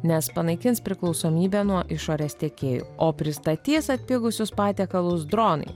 nes panaikins priklausomybę nuo išorės tiekėjų o pristatys atpigusius patiekalus dronai